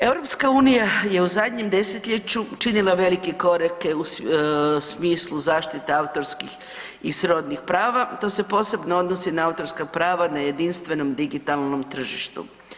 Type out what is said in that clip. EU je u zadnjem desetljeću činila velike korake u smislu zaštite autorskih i srodnih prava, to se posebno odnosi na autorska prava na jedinstvenom digitalnom tržištu.